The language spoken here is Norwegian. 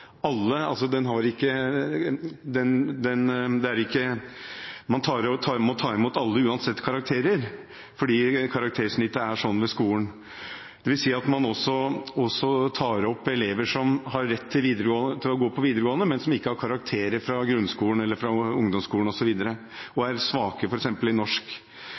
ta imot alle uansett karakterer, fordi karaktersnittet er slik ved skolen. Det vil si at man også tar opp elever som har rett til å gå på videregående, men som ikke har karakterer fra ungdomsskolen osv., og som er svake, f.eks. i norsk.